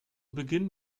beginn